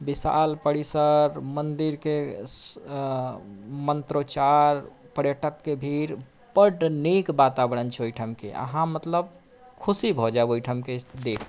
बिसाल परिसर मन्दिर के मन्त्रोचार पर्यटक के भीड़ बड नीक बाताबरण छै ओहिठाम के आहाँ मतलब खुशी भऽ जायब ओहिठाम केँ स्थिति देख कऽ